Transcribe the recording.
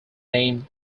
named